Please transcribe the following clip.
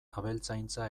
abeltzaintza